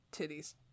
Titties